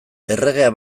erregea